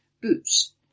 Boots